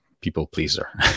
people-pleaser